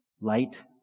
light